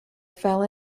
fell